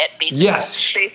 yes